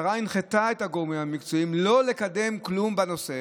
השרה הנחתה את הגורמים המקצועיים לא לקדם כלום בנושא